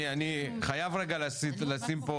אני חייב רגע לשים פה